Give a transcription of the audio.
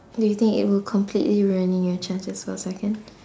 do you think it will completely ruining your chances for a second